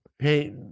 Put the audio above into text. hey